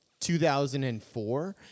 2004